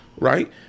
Right